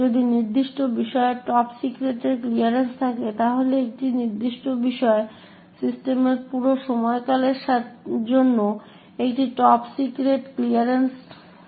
যদি নির্দিষ্ট বিষয়ের টপ সিক্রেটের ক্লিয়ারেন্স থাকে তাহলে একটি নির্দিষ্ট বিষয় সিস্টেমের পুরো সময়কালের জন্য একটি টপ সিক্রেট ক্লিয়ারেন্সে থাকবে